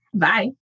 Bye